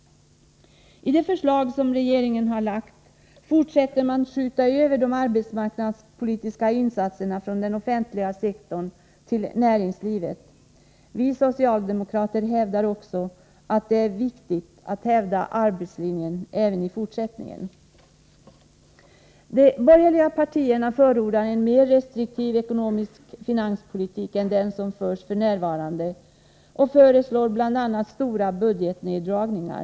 I det förslag som regeringen har lagt fram fortsätter man att skjuta över de arbetsmarknadspolitiska insatserna från den offentliga sektorn till näringslivet. Vi socialdemokrater anser att det är viktigt att hävda arbetslinjen även i fortsättningen. De borgerliga partierna förordar en mera restriktiv finanspolitik än den som förs f.n. och föreslår bl.a. stora budgetneddragningar.